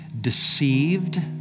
deceived